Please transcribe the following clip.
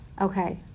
Okay